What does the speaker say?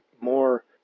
more